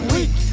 Weak